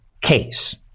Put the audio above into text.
case